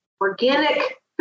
organic